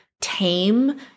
tame